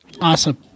Awesome